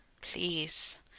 please